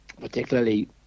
particularly